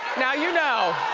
now you know.